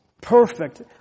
perfect